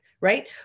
right